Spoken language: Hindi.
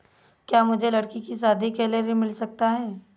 क्या मुझे लडकी की शादी के लिए ऋण मिल सकता है?